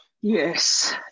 Yes